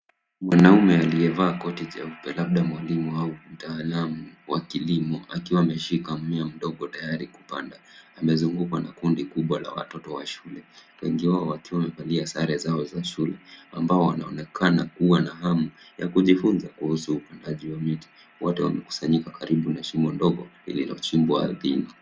Mwanaume aliyevaa koti jeupe labda mwalimu au mtaalamu wa kilimo akiwa ameshika mmea mdogo tayari kupanda. Amezungukwa na kundi kubwa la watoto wa shule, wengi wao wakiwa wamevalia sare zao za shule, ambao wanaonekana kuwa na hamu ya kujifunza kuhusu upandaji wa miti. Wote wamekusanyika karibu na shimo ndogo ililochimbwa ardhini.